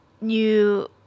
new